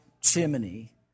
chimney